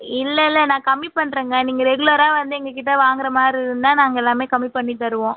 இல்லை இல்லை நான் கம்மி பண்ணுறேங்க நீங்கள் ரெகுலராக வந்து எங்கள்கிட்ட வாங்குகிற மாதிரி இருந்தால் நாங்கள் எல்லாமே கம்மி பண்ணித் தருவோம்